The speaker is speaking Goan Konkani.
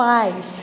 पांयस